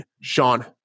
Sean